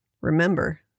Remember